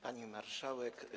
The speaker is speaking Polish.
Pani Marszałek!